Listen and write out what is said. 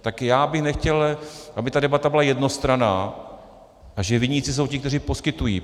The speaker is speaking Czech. Tak já bych nechtěl, aby debata byla jednostranná a že viníci jsou ti, kteří poskytují.